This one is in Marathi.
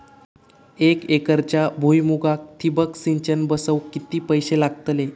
एक एकरच्या भुईमुगाक ठिबक सिंचन बसवूक किती पैशे लागतले?